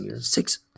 six